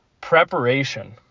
preparation